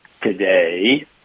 today